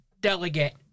delegate